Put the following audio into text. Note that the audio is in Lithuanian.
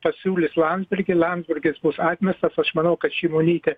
pasiūlys landsbergį landsbergis bus atmestas aš manau kad šimonytė